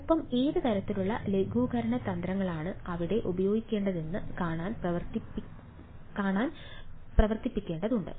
ഒപ്പം ഏത് തരത്തിലുള്ള ലഘൂകരണ തന്ത്രങ്ങളാണ് അവിടെ ഉപയോഗിക്കേണ്ടതെന്ന് കാണാൻ പ്രവർത്തിപ്പിക്കേണ്ടതുണ്ട്